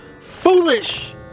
Foolish